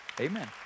Amen